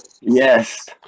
yes